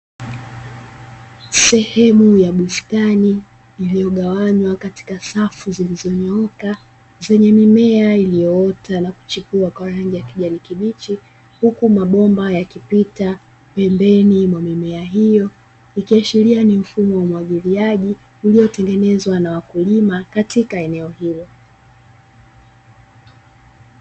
Sehemu ya bustani iliyogawanywa katika safu zilizonyooka zenye mimea iliyoota na kuchipuwa kwa rangi ya kijani kibichi, huku mabomba yakipita pembeni mwa mimea hiyo, ikiashiria ni mfumo wa umwagiliaji uliyotengenezwa na wakulima katika eneo hilo.